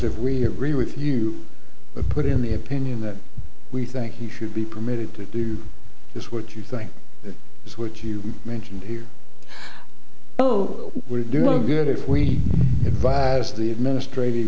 if we agree with you put in the opinion that we think he should be permitted to do just what you think is what you mentioned here oh we're doing good if we advise the administrat